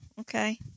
okay